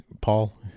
Paul